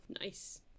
nice